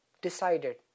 decided